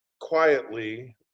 quietly –